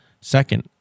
Second